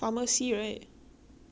!wah! 凶 leh pharmacy